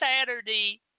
Saturday